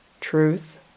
truth